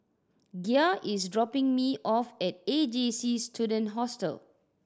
Gia is dropping me off at A J C Student Hostel